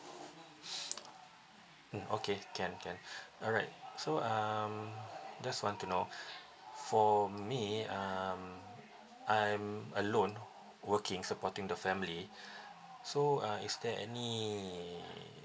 mm okay can can alright so um just want to know for me um I'm alone working supporting the family so uh is there any